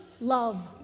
Love